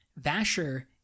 Vasher